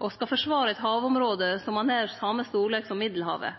me skal forsvare eit havområde som har nær same storleik som Middelhavet.